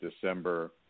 December